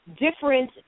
different